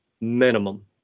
minimum